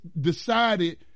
decided